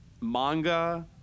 manga